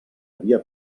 havia